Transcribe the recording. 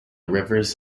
rivers